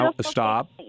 Stop